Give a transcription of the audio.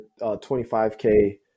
25K